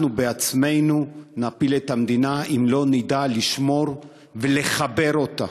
אנחנו בעצמנו נפיל את המדינה אם לא נדע לשמור ולחבר אותה.